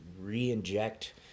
re-inject